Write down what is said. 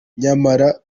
nyamara